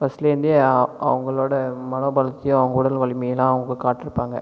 ஃபர்ஸ்டிலிருந்தே அவங்களோட மனோபலத்தையும் அவங்க உடல் வலிமைல்லாம் அவங்க காட்டிருப்பாங்க